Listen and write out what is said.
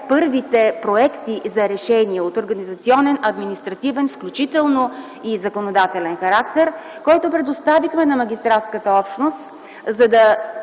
първите проекти за решения от организационен, административен, включително и законодателен характер, който предоставихме на магистратската общност, за да